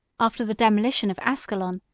after the demolition of ascalon,